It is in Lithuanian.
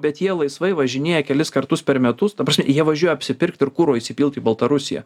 bet jie laisvai važinėja kelis kartus per metus ta prasme jie važiuoja apsipirkt ir kuro įsipilt į baltarusiją